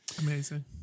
Amazing